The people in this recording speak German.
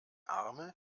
arme